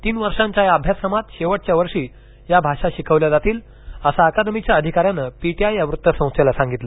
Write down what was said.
तीन वर्षांच्या अभ्यासक्रमात शेवटच्या वर्षी या भाषात शिकवल्या जातील असं अकादमीच्या अधिकाऱ्यानं पीटीआय वृत्तसंस्थेला सांगितलं